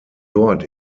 dort